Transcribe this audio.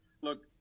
Look